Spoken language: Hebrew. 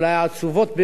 שהמדינה חווה.